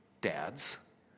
dads